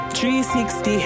360